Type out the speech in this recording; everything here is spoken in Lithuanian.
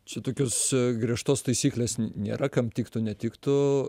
čia tokios griežtos taisyklės nėra kam tiktų netiktų